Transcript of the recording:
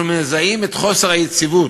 אנחנו מזהים את חוסר היציבות,